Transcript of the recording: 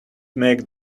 make